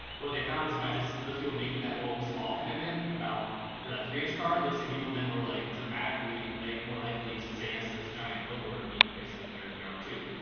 what they found is if i just, those people making that little small commitment about that three-inch car, those same people then were like dramatically, like more likely to say yes to this giant billboard being placed in their yard too.